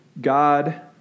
God